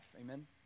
Amen